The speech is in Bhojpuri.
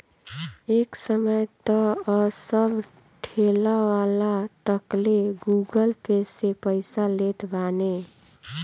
एक समय तअ सब ठेलावाला तकले गूगल पे से पईसा लेत बाने